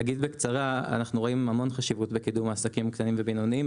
אנחנו רואים המון חשיבות בקידום עסקים קטנים ובינוניים.